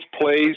plays